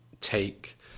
take